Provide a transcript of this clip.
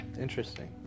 Interesting